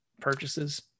purchases